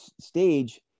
stage